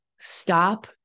stop